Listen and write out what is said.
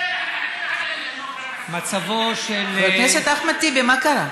חבר הכנסת אחמד טיבי, מה קרה?